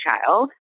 child